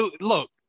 look